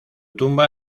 tumba